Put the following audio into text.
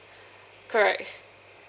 correct